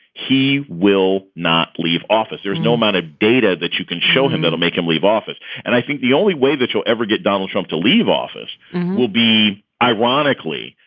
he will not leave office. there is no amount of data that you can show him that'll make him leave office and i think the only way that you'll ever get donald trump to leave office will be, ironically,